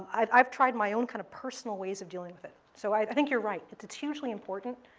i've i've tried my own kind of personal ways of dealing with it. so i think you're right. it's it's hugely important.